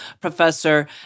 professor